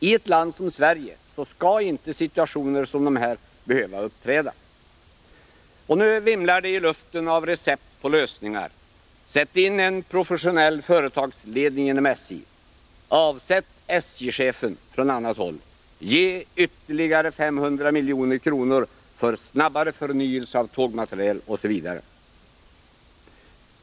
I ett land som Sverige skall inte situationer som de här behöva uppkomma. Det vimlar i luften av recept på lösningar: ”Sätt in en professionell företagsledning inom SJ!”, ”Avsätt SJ-chefen!” , ”Ge SJ ytterligare 500 milj.kr. för snabbare förnyelse av tågmateriel!” osv.